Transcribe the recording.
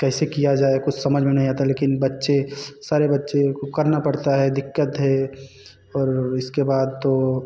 कैसे किया जाए कुछ समझ में नहीं आता लेकिन बच्चे सारे बच्चे करना पड़ता है दिक्कत है और इसके बाद तो